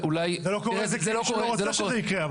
זה לא קורה כי מישהו לא רוצה שזה יקרה,